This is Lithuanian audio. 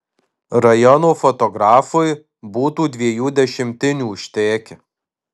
rajono fotografui būtų dviejų dešimtinių užtekę